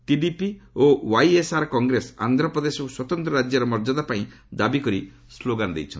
TDP ଓ YSR Congress ଆନ୍ଧ୍ରପ୍ରଦେଶକୁ ସ୍ୱତନ୍ତ୍ର ରାଜ୍ୟର ମର୍ଯ୍ୟାଦା ପ୍ରଦାନ ପାଇଁ ଦାବି କରି ସ୍ଲୋଗାନ ଦେଇଛନ୍ତି